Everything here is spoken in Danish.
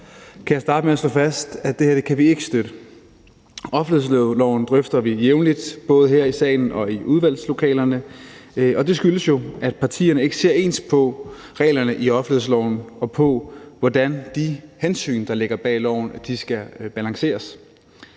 kan jeg starte med at slå fast, at det her kan vi ikke støtte. Offentlighedsloven drøfter vi jævnligt, både her i salen og i udvalgslokalerne, og det skyldes jo, at partierne ikke ser ens på reglerne i offentlighedsloven og på, hvordan de hensyn, der ligger bag loven, skal balanceres.